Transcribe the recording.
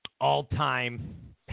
all-time